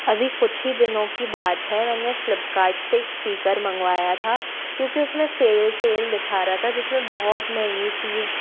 अभी कुछ ही दिनों की बात है मैंने फ्लिपकार्ट से एक स्पीकर मंगवाया था क्योंकि उसमें सेल सेल दिखा रहा था जिसमें बहुत महँगी चीज़